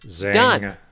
Done